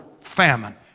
famine